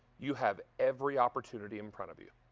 you have every opportunity in front of you.